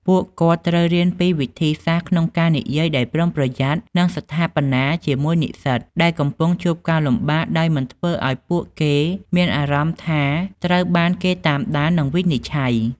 ពួកគាត់ត្រូវរៀនពីវិធីសាស្ត្រក្នុងការនិយាយដោយប្រុងប្រយ័ត្ននិងស្ថាបនាជាមួយនិស្សិតដែលកំពុងជួបការលំបាកដោយមិនធ្វើឱ្យពួកគេមានអារម្មណ៍ថាត្រូវបានគេតាមដាន និងវិនិច្ឆ័យ។